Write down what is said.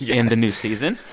yeah in the new season.